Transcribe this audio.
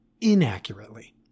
inaccurately